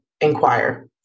inquire